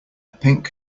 pink